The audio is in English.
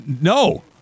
No